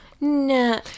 No